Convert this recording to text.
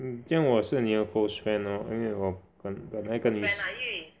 mm 这样我是你的 close friend lor 因为我本来跟你